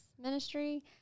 ministry